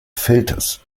filters